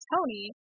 Tony